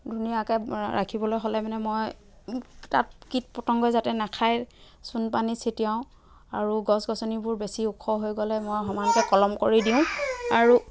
ধুনীয়াকৈ ৰাখিবলৈ হ'লে মানে মই তাত কীট পতংগই যাতে নাখায় চূণপানী ছটিয়াও আৰু গছ গছনিবোৰ বেছি ওখ হৈ গ'লে মই সকলোতে কলম কৰি দিওঁ আৰু